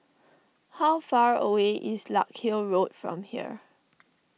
how far away is Larkhill Road from here